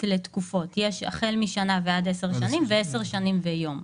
לתקופות של החל משנה ועד 10 שנים ו-10 שנים ויום.